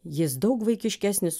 jis daug vaikiškesnis